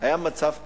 היה מצב כזה: